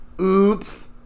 oops